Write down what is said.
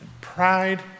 Pride